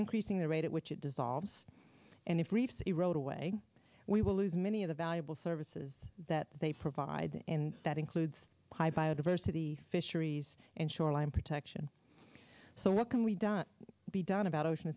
increasing the rate at which it dissolves and if reefs a roadway we will lose many of the valuable services that they provide and that includes high biodiversity fisheries and shoreline protection so what can we done be done about ocean